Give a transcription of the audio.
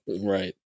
Right